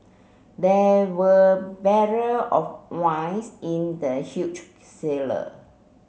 there were barrel of wines in the huge cellar